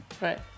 Right